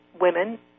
women